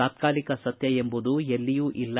ತಾತ್ಕಾಲಿಕ ಸತ್ಯ ಎಂಬುದು ಎಲ್ಲಿಯೂ ಇಲ್ಲ